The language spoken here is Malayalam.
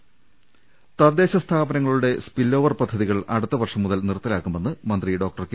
രുട്ട്ട്ട്ട്ട്ട്ട്ട തദ്ദേശ സ്ഥാപനങ്ങളുടെ സ്പിൽഓവർ പദ്ധതികൾ അടുത്ത വർഷം മുതൽ നിർത്തലാക്കുമെന്ന് മന്ത്രി ഡോക്ടർ കെ